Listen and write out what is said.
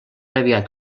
aviat